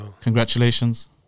congratulations